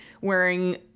wearing